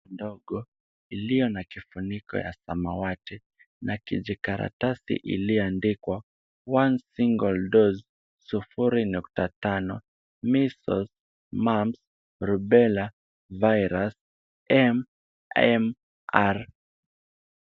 Chupa ndogo iliyo na kifuniko cha samawati na kijikaratasi iliyoandikwa one single dose sufuri nukta tano Measles, Mumps, Rubella virus MMR.